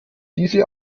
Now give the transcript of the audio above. diese